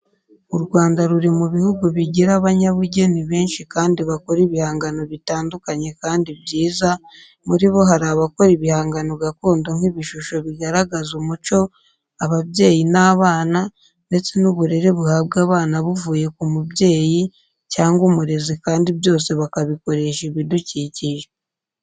U Rwanda ruri mu bihugu bigira abanyabugeni benshi kandi bakora ibihangano bitandukanye kandi byiza, muri bo hari abakora ibihangano gakondo nk'ibishusho bigaragaza umuco, ababyeyi n'abana, ndetse n'uburere buhabwa abana buvuye k'umubyeyi cyangwa umurezi kandi byose bakabikoresha ibidukikije.